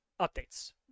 updates